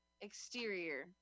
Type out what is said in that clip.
Exterior